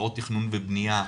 עבירות תכנון ובנייה,